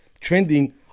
trending